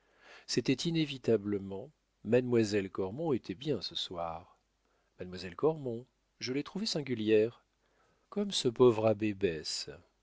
c'était inévitablement mademoiselle cormon était bien ce soir mademoiselle cormon je l'ai trouvée singulière comme ce pauvre abbé baisse